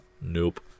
Nope